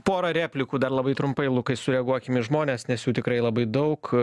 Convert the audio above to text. porą replikų dar labai trumpai lukai sureaguokim į žmones nes jų tikrai labai daug